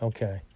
Okay